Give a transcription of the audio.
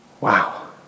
Wow